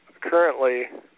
currently